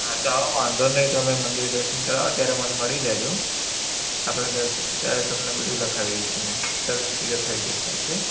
હાં તો આવો વાંધો નહીં તમે મંદિર દર્શન કરવા આવો ત્યારે મને મળી લેજો આપણે દર્શન ત્યારે તમને બધું લખાવી દઇશ ને સરસ પૂજા થઈ જશે ઓકે